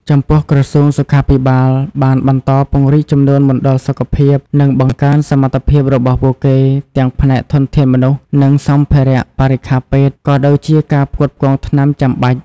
ចំពោះក្រសួងសុខាភិបាលបានបន្តពង្រីកចំនួនមណ្ឌលសុខភាព និងបង្កើនសមត្ថភាពរបស់ពួកគេ ទាំងផ្នែកធនធានមនុស្សនិងសម្ភារបរិក្ខារពេទ្យ ក៏ដូចជាការផ្គត់ផ្គង់ថ្នាំចាំបាច់។